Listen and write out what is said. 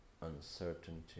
uncertainty